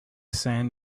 sand